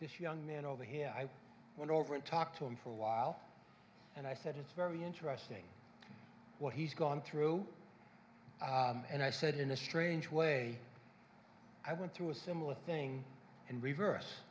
this young man over here i went over and talked to him for a while and i said it's very interesting what he's gone through and i said in a strange way i went through a similar thing and reverse